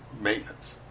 maintenance